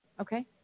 okay